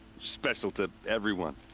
special to. everyone!